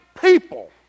people